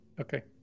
Okay